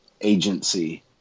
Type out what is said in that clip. agency